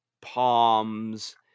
Palms